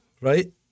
right